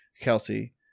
Kelsey